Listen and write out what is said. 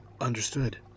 Understood